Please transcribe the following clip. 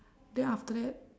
then after that